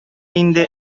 инде